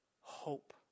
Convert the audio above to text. hope